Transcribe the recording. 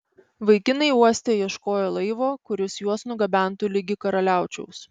vaikinai uoste ieškojo laivo kuris juos nugabentų ligi karaliaučiaus